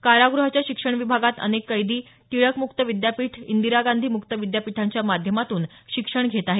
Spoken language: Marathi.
काराग्रहाच्या शिक्षण विभागात अनेक कैदी टिळक मुक्त विद्यापीठ इंदिरा गांधी मुक्त विद्यापीठांच्या माध्यमातून शिक्षण घेत आहेत